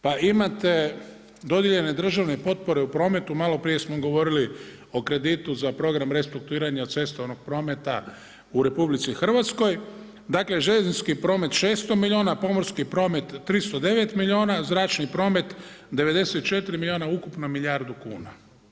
Pa imate dodijeljene državne potpore u prometu, malo prije smo govorili o kreditu za program restrukturiranja cestovnog prometa u RH, dakle željeznički promet 600 milijuna, pomorski promet 309 milijuna, zračni promet 94 milijuna, ukupno milijardu kuna.